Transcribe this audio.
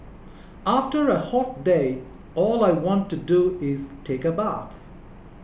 after a hot day all I want to do is take a bath